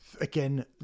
again